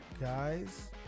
guys